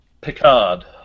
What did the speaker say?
Picard